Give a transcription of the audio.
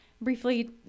briefly